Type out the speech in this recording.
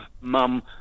mum